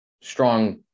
strong